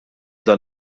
għal